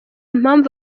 mpamvu